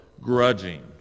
grudging